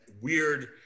weird